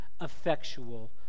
effectual